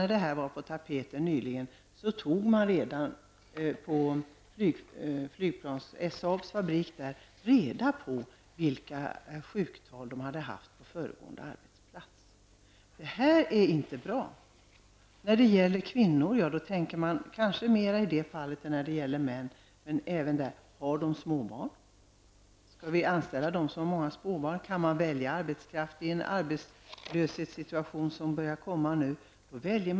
Vid Saabs fabrik där har man nämligen tagit reda på vilka sjuktal som aktuella personer hade på sin föregående arbetsplats. Det här är inte bra. Sedan tror jag att man mer undrar om det finns småbarn när det gäller kvinnor. Men det händer ju att den frågan aktualiseras även när det gäller män. Man kan t.ex. fråga sig: Skall vi anställa arbetskraft som har småbarn? Skall vi välja arbetskraft i dessa tider med tanke på den arbetslöshet som redan finns?